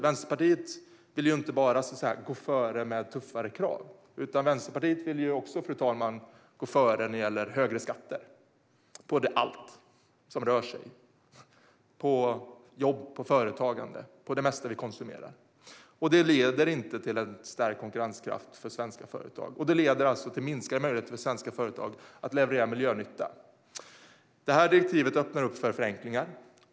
Vänsterpartiet vill inte bara gå före med tuffare krav, utan Vänsterpartiet vill också gå före med högre skatter på allt som rör sig, på jobb, företagande och det mesta av vad vi konsumerar. Det leder inte till en stärkt konkurrenskraft för svenska företag, utan det leder till minskade möjligheter för svenska företag att leverera miljönytta. Direktivet öppnar för förenklingar.